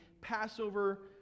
Passover